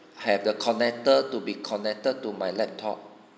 have the connector to be connected to my laptop